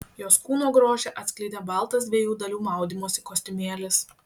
jos kūno grožį atskleidė baltas dviejų dalių maudymosi kostiumėlis